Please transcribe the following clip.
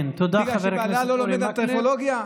תענה לו, תענה לו.